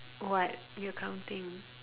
what you counting